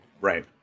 Right